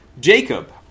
Jacob